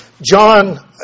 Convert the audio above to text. John